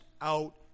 out